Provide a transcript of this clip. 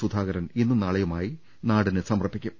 സുധാകരൻ ഇന്നും നാളെയുമായി നാടിന് സമർപ്പിക്കും